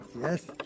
Yes